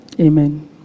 Amen